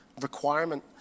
requirement